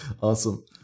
Awesome